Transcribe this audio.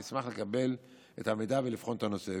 נשמח לקבל את המידע ולבחון את הנושא.